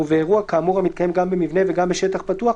ובאירוע כאמור המתקיים גם במבנה וגם בשטח פתוח,